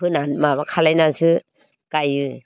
फोना माबा खालामनानैसो गायो